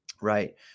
right